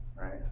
Right